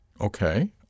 Okay